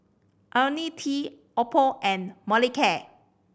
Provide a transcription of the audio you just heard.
Ionil T Oppo and Molicare